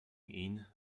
ihn